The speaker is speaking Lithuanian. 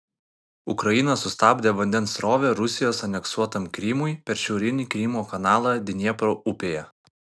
ukraina sustabdė vandens srovę rusijos aneksuotam krymui per šiaurinį krymo kanalą dniepro upėje